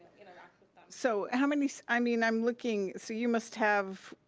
interact with them. so, how many, i mean, i'm looking, so you must have,